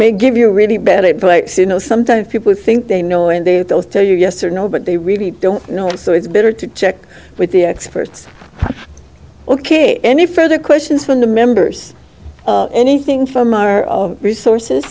may give you a really bad place you know sometimes people think they know and they will tell you yes or no but they really don't know so it's better to check with the experts ok any further questions from the members anything from our resources